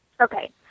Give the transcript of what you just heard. okay